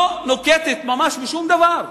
ממש שום דבר,